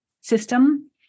system